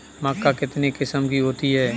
मक्का कितने किस्म की होती है?